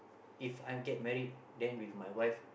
If I get married then with my wife